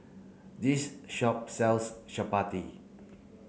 this shop sells Chapati